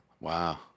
Wow